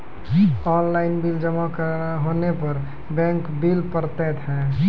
Online bill जमा होने पर बैंक बिल पड़तैत हैं?